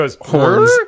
horns